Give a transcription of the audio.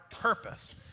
purpose